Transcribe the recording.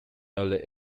early